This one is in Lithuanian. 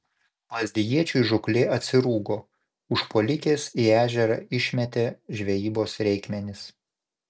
lazdijiečiui žūklė atsirūgo užpuolikės į ežerą išmetė žvejybos reikmenis